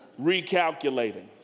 recalculating